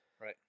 right